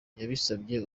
yabisabye